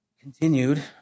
continued